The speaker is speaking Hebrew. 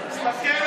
זה לא פייר,